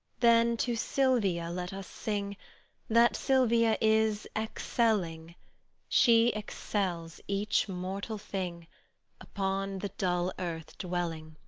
then to silvia let us sing that silvia is excelling she excels each mortal thing upon the dull earth dwelling.